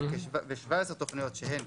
ב-17 תוכניות, שהן